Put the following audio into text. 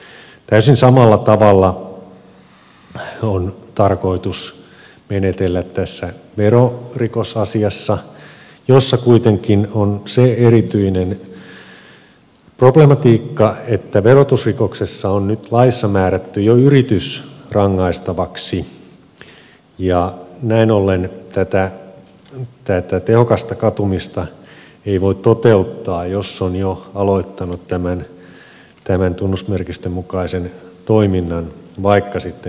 täysin samalla tavalla on tarkoitus menetellä tässä verorikosasiassa jossa kuitenkin on se erityinen problematiikka että verotusrikoksessa on nyt laissa määrätty jo yritys rangaistavaksi ja näin ollen tätä tehokasta katumista ei voi toteuttaa jos on jo aloittanut tämän tunnusmerkistön mukaisen toiminnan vaikka sitten ilmoittaisikin sen jälkikäteen